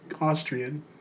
Austrian